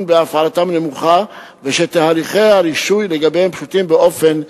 בהפעלתם נמוכה ותהליכי הרישוי לגביהם פשוטים באופן יחסי.